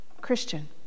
Christian